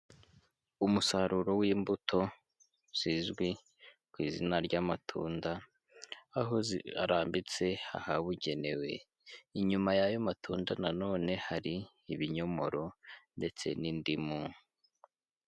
Umusaruro w'imbuto zizwi ku izina ry'amatunda aho zirambitse ahabugenewe, inyuma y'ayo matunda nanone hari ibinyomoro ndetse n'indimu.